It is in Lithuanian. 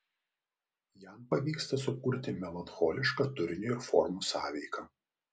jam pavyksta sukurti melancholišką turinio ir formų sąveiką